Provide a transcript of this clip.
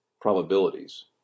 probabilities